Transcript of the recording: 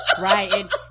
right